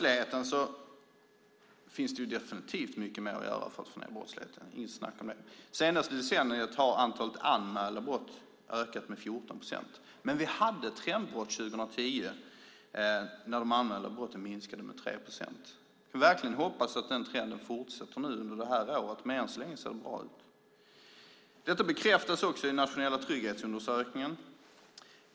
Det finns definitivt mycket mer att göra för att få ned brottsligheten. Det är inget snack om det. Under det senaste decenniet har antalet anmälda brott ökat med 14 procent, men vi hade ett trendbrott 2010 när antalet anmälda brott minskade med 3 procent. Vi får verkligen hoppas att den trenden fortsätter under det här året, och än så länge ser det bra ut. Detta bekräftas också i den nationella trygghetsundersökningen.